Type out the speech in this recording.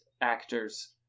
actors